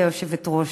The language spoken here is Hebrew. גברתי היושבת-ראש,